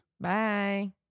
Bye